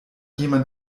jemand